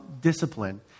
discipline